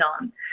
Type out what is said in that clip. on